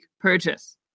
purchase